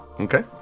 Okay